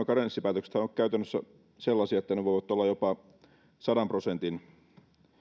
karenssipäätöksethän ovat käytännössä sellaisia että ne voivat olla jopa sadan prosentin